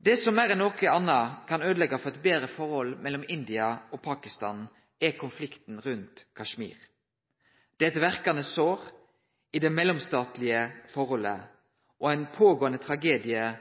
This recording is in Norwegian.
Det som meir enn noko anna kan øydeleggje for eit betre forhold mellom India og Pakistan, er konflikten rundt Kashmir. Dette er eit verkande sår i det mellomstatlege forholdet og ein vedvarande tragedie